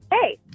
Hey